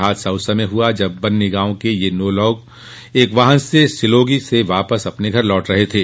हादसा उस समय हआ जब बन्नी गांव के ये नौ लोग एक वाहन से सिलोगी से वापस अपने घर लौट रहे थे